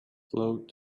float